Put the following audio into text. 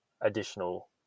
additional –